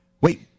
Wait